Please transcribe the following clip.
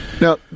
Now